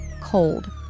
cold